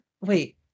Wait